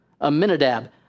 Aminadab